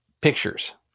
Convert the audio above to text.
pictures